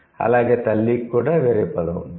అలాగే 'తల్లి' కి కూడా వేరే పదం ఉంటుంది